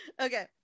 Okay